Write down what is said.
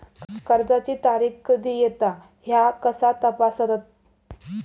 कर्जाची तारीख कधी येता ह्या कसा तपासतत?